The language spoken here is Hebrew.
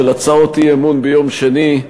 של הצעות אי-אמון ביום שני,